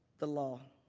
the law.